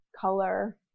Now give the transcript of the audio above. color